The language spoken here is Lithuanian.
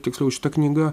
tiksliau šita knyga